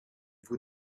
vous